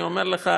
אני אומר לך,